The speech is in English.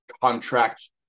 contract